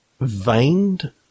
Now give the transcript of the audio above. Veined